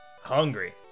Hungry